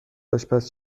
آشپز